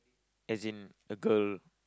as in the girl